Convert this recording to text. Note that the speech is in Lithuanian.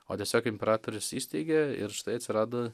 o tiesiog imperatorius įsteigė ir štai atsirado